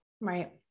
Right